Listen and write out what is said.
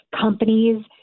companies